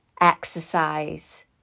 exercise